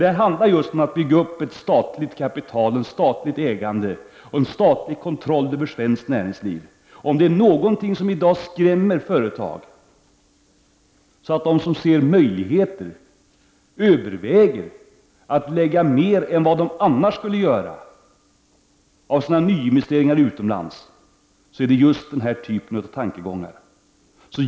Det handlar ju just om att bygga upp ett statligt kapital, ett statligt ägande och en statlig kontroll över svenskt näringsliv. Om det är någonting som i dag skrämmer företag så att de som ser möjligheter, överväger att lägga mer än de annars skulle göra av sina investeringar utomlands, är det just den här typen av tankegångar.